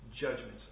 judgments